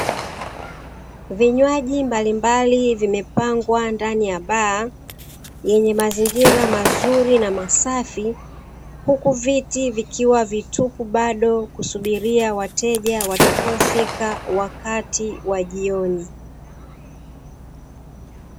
Vinywaji mbalimbali vimepangwa ndani ya baa yenye mazingira mazuri na masafi, huku viti vikiwa vitupo bado kusubiria wateja watakao fika wakati wa jioni.